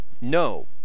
No